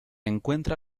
encuentra